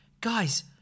guys